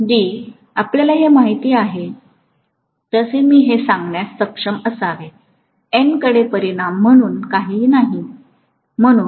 आपल्याला हे माहित आहे तसे मी हे सांगण्यास सक्षम असावे N कडे परिमाण म्हणून काहीही नाही म्हणून